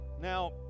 Now